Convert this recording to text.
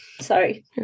sorry